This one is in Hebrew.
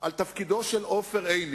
על תפקידו של עופר עיני